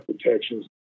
protections